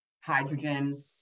hydrogen